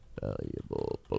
Valuable